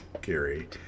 Gary